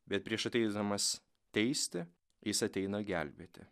bet prieš ateidamas teisti jis ateina gelbėti